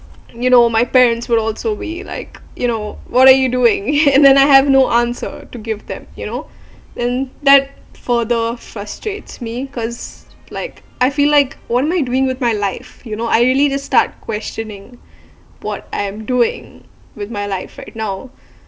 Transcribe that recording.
you know my parents will also be like you know what are you doing and then I have no answer to give them you know and that further frustrates me cause like I feel like what am I doing with my life you know I really just start questioning what I'm doing with my life right now